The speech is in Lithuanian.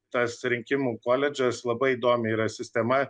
tas rinkimų koledžas labai įdomi yra sistema